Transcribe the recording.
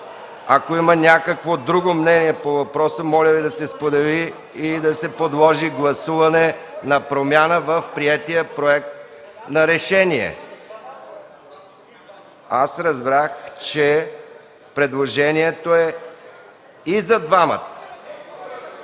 Ако има някакво друго мнение по въпроса, моля да се сподели и да се предложи гласуване на промяна в приетия проект за решение. Разбрах, че предложението е и за двамата.